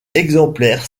exemplaires